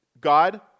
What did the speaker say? God